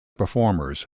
performers